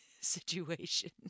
situation